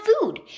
food